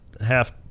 half